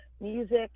music